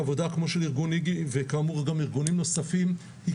עבודה כמו של ארגון איג"י וארגונים נוספים היא